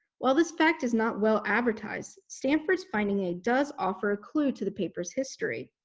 while this fact is not well advertised, stanford's finding a does offer a clue to the paper's history.